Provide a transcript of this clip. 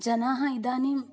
जनाः इदानीम्